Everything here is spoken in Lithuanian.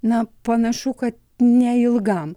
na panašu kad neilgam